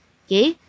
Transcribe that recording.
okay